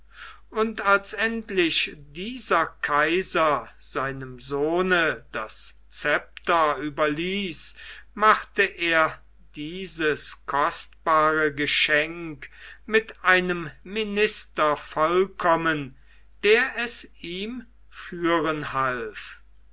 und als endlich dieser kaiser seinem sohne das scepter überließ machte er dieses kostbare geschenk mit einem minister vollkommen der es ihm führen half